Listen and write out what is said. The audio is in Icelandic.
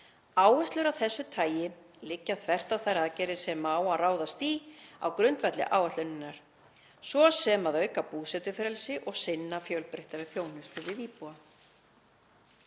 Áherslur af þessu tagi liggja þvert á þær aðgerðir sem á að ráðast í á grundvelli áætlunarinnar, svo sem að auka búsetufrelsi og sinna fjölbreyttari þjónustu við íbúa.